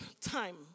time